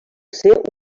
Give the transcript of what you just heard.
ser